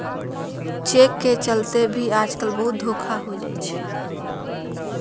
cheque के चलते भी आजकल बहुते धोखा हो जाई छई